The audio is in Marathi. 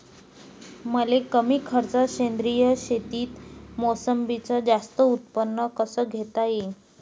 मले कमी खर्चात सेंद्रीय शेतीत मोसंबीचं जास्त उत्पन्न कस घेता येईन?